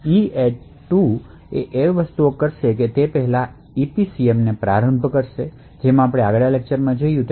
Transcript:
EADD 2 વસ્તુઓ કરશે તે પહેલા EPCM ને પ્રારંભ કરશે જેમ આપણે પહેલાના લેક્ચરમાં જોયું છે